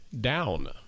down